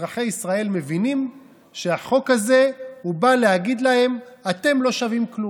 אזרחי ישראל מבינים שהחוק הזה בא להגיד להם: אתם לא שווים כלום.